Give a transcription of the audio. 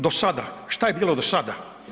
Do sada, što je bilo do sada?